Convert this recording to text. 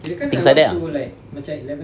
things like that lah